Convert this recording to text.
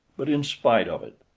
but in spite of it.